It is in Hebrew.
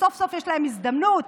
שסוף-סוף יש להן הזדמנות